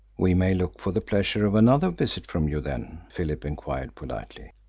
we may look for the pleasure of another visit from you, then? philip enquired politely.